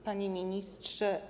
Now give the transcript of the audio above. Panie Ministrze!